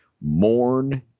mourn